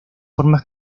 formas